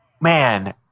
man